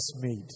made